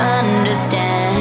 understand